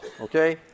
Okay